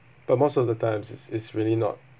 but most of the times it's it's really not